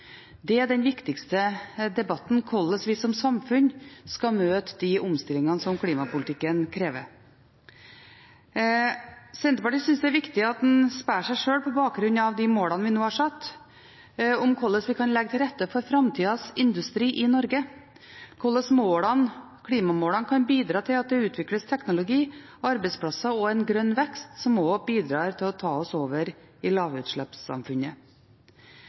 Det er den viktigste debatten – hvordan vi som samfunn skal møte de omstillingene som klimapolitikken krever. Senterpartiet syns det er viktig at en spør seg sjøl, på bakgrunn av de målene vi nå har satt, hvordan vi kan legge til rette for framtidas industri i Norge, hvordan klimamålene kan bidra til at det utvikles teknologi, arbeidsplasser og en grønn vekst som også bidrar til å ta oss over i lavutslippssamfunnet.